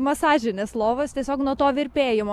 masažinės lovos tiesiog nuo to virpėjimo